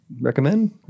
recommend